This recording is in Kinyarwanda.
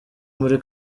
muri